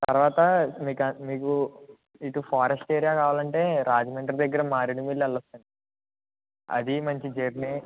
తర్వాత మీకు అ మీకు ఇటు ఫారెస్ట్ ఏరియా కావాలంటే రాజమండ్రి దగ్గర మారేడుమిల్లి వెళ్ళచ్చండి అది మంచి జర్నీ